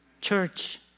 Church